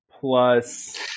plus